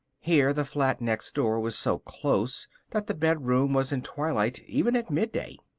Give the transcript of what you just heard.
here the flat next door was so close that the bed-room was in twilight even at midday.